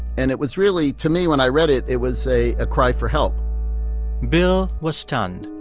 and it was really to me, when i read it, it was a cry for help bill was stunned.